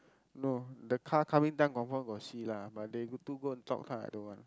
no the car coming down confirm got see lah but they two go and talk so I don't want